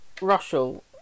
Russell